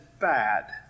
bad